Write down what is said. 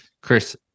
chris